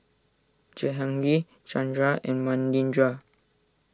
Jehangirr Chandra and Manindra